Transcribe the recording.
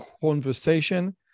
conversation